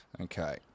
Okay